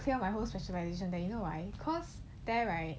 I want to clear my whole specialisation there you know why cause there right